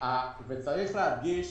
צריך להדגיש